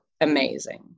amazing